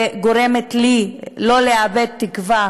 וגורמת לי לא לאבד תקווה